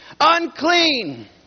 unclean